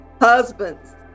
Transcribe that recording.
husbands